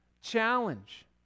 challenge